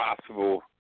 possible